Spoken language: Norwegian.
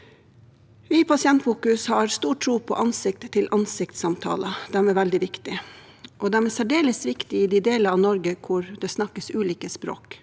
Vi i Pasientfokus har stor tro på ansikt-til-ansiktsamtaler. De er veldig viktige, og de er særdeles viktige i de deler av Norge hvor det snakkes ulike språk.